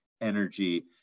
energy